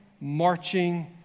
marching